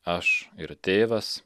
aš ir tėvas